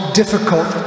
difficult